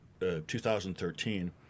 2013